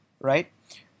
right